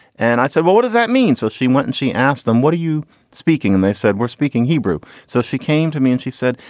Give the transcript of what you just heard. and i said, well, what does that mean? so she went and she asked them, what are you speaking? and they said, we're speaking hebrew. so she came to me and she said,